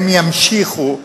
הם ימשיכו לומר: